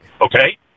Okay